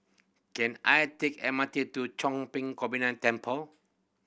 can I take M R T to Chong Pang Combined Temple